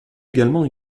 également